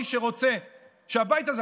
מי שרוצה שהבית הזה,